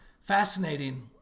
fascinating